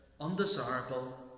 undesirable